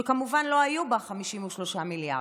שכמובן לא היו בה 53 מיליארד.